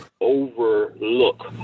overlook